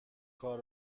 کار